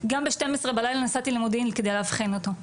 גם ב-12 בלילה נסעתי למודיעין כדי לאבחן אותו,